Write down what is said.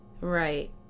Right